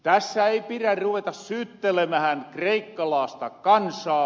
tässä ei pirä ruveta syyttelemähän kreikkalaasta kansaa